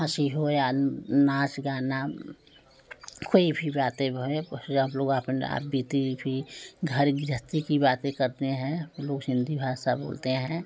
हंसी हो या नांच गाना कोई भी बाते होए बस आप लोग अपना बीती भी घर गृहस्थी कि बातें करते हैं हम लोग हिन्दी भाषा बोलते हैं